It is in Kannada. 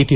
ಟಿ